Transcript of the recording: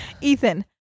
Ethan